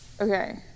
Okay